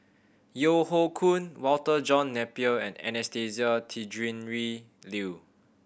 Yeo Hoe Koon Walter John Napier and Anastasia Tjendri Liew